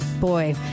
boy